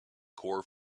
core